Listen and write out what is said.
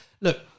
look